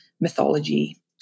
mythology